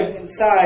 inside